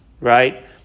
right